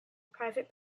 private